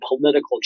political